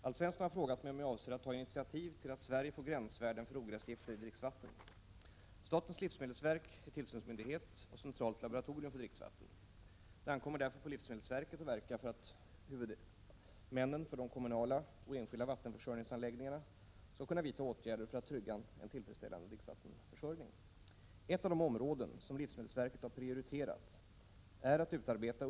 Mätningar av förekomsten av bekämpningsmedel i sydsvenska åar visar att ogräsgifter förekommer i vattnet. Halterna har ofta legat på ett par mikrogram per liter vatten. Sverige saknar till skillnad från andra länder gränsvärden för bekämpningsmedel i dricksvatten. I EG-länderna gäller gränsvärdet 0,5 mikrogram per liter vatten.